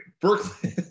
Berkeley